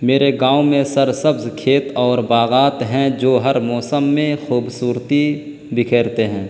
میرے گاؤں میں سر سبز کھیت اور باغات ہیں جو ہر موسم میں خوبصورتی بکھیرتے ہیں